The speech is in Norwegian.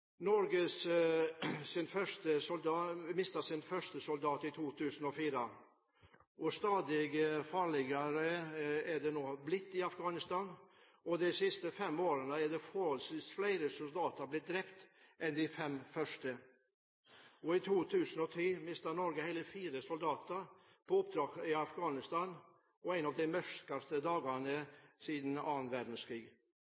sin første soldat i 2004. Stadig farligere er det nå blitt i Afghanistan. De siste fem årene er forholdsvis flere soldater blitt drept enn i de fem første årene. I 2010 mistet Norge hele fire soldater på oppdrag i Afghanistan. Det var en av de mørkeste dagene